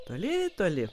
toli toli